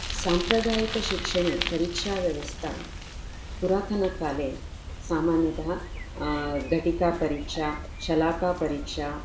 साम्प्रदायिकशिक्षणे परीक्षाव्यवस्था पुरातनकाले सामान्यतः घटिकापरिक्षा शलाकापरीक्षा